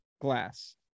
glass